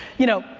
you know,